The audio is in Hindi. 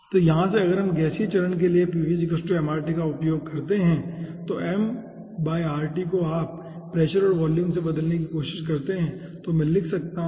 तो यहाँ से अगर हम गैसीय चरण के लिए PVM RT का उपयोग करके इस को आपके प्रेशर और वॉल्यूम से बदलने की कोशिश करते हैं तो मैं लिख सकता हूँ